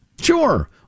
Sure